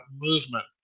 movement